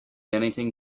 anything